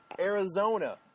Arizona